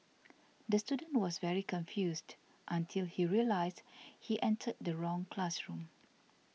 the student was very confused until he realised he entered the wrong classroom